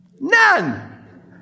None